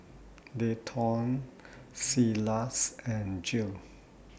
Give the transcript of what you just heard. Dayton Silas and Jill